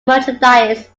merchandise